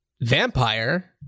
vampire